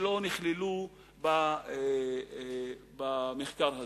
שלא נכללו במחקר הזה.